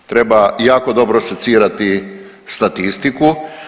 Treba jako dobro secirati statistiku.